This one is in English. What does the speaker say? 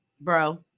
Bro